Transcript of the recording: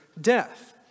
death